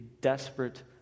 desperate